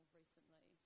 recently